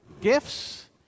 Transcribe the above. gifts